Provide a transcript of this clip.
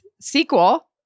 sequel